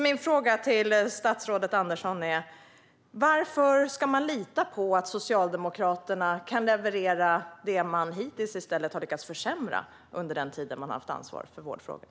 Min fråga till statsrådet Andersson är: Varför ska man lita på att Socialdemokraterna kan leverera det som man hittills i stället har lyckats att försämra under den tid som man har haft ansvar för vårdfrågorna?